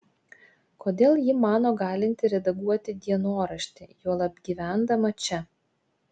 kodėl ji mano galinti redaguoti dienoraštį juolab gyvendama čia